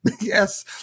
Yes